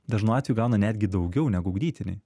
dažnu gauna netgi daugiau negu ugdytiniai